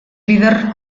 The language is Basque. bider